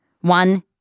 One